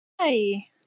hi